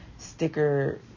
sticker